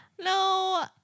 No